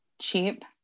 cheap